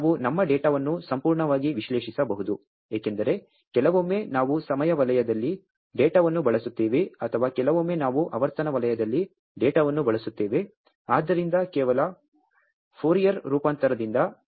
ಮತ್ತು ನಾವು ನಮ್ಮ ಡೇಟಾವನ್ನು ಸಂಪೂರ್ಣವಾಗಿ ವಿಶ್ಲೇಷಿಸಬಹುದು ಏಕೆಂದರೆ ಕೆಲವೊಮ್ಮೆ ನಾವು ಸಮಯ ವಲಯದಲ್ಲಿ ಡೇಟಾವನ್ನು ಬಳಸುತ್ತೇವೆ ಅಥವಾ ಕೆಲವೊಮ್ಮೆ ನಾವು ಆವರ್ತನ ವಲಯದಲ್ಲಿ ಡೇಟಾವನ್ನು ಬಳಸುತ್ತೇವೆ ಆದ್ದರಿಂದ ಕೇವಲ ಫೋರಿಯರ್ ರೂಪಾಂತರದಿಂದ